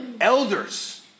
elders